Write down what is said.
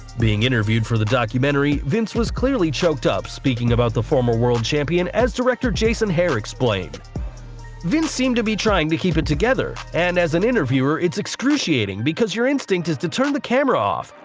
being interviewed for the documentary, vince was clearly choked up speaking about the former world champion, as director jason hehir explained vince seemed to be trying to keep it together, and as an interviewer it's excruciating because your instinct is to turn the camera off,